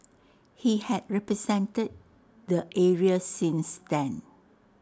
he had represented the area since then